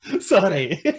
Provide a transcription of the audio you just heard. Sorry